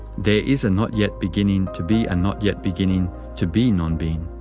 there is a not yet beginning to be a not yet beginning to be nonbeing.